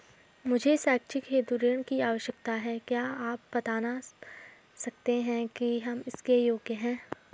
मुझे शैक्षिक हेतु ऋण की आवश्यकता है क्या आप बताना सकते हैं कि हम इसके योग्य हैं?